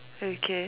okay